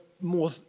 more